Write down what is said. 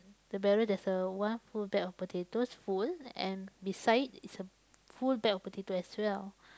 the barrel there's a one whole bag of potatoes full and beside is a full bag of potatoes as well